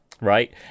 right